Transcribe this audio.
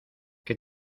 qué